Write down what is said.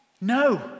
No